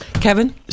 Kevin